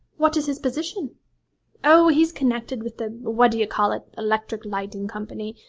what is his position oh, he's connected with the what-d'ye-call-it electric lighting company.